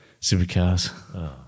Supercars